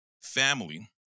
family